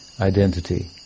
identity